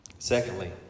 Secondly